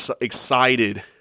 excited